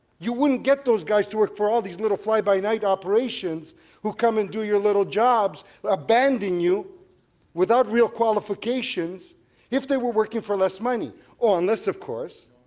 you wouldn't get those guys to work for all these little fly by night operations who come and do your little jobs abandon you without real qualifications if they were working for less money or unless, of course,